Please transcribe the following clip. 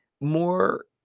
more